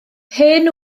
hen